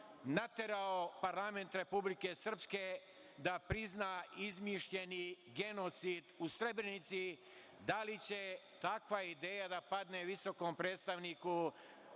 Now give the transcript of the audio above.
naterao parlament Republike Srpske da prizna izmišljeni genocid u Srebrenici? Da li će takva ideja da padne visokom predstavniku